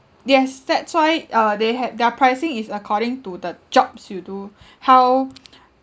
yes that's why uh they had their pricing is according to the jobs you do how